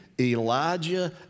Elijah